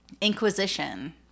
inquisition